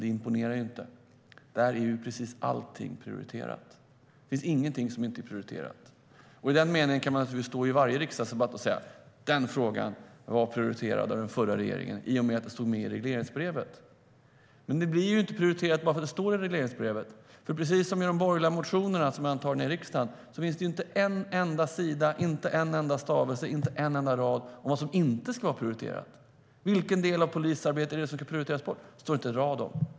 Där är precis allt prioriterat. Det finns ingenting som inte är prioriterat. I den meningen kan man naturligtvis stå i varje riksdagsdebatt och säga att en viss fråga var prioriterad av den förra regeringen i och med att den stod med i regleringsbrevet. Men frågan blir inte prioriterad bara för att den står med i regleringsbrevet. Precis som i de borgerliga motionerna som har antagits av riksdagen finns inte en enda sida, inte en enda stavelse, inte en enda rad om vad som inte ska vara prioriterat. Vilken del av polisarbetet ska prioriteras bort? Det finns inte en rad.